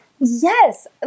Yes